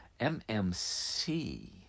MMC